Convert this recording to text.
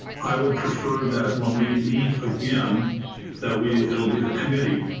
i would prefer that when we meet again that we it'll be the committee